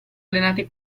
allenati